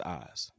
eyes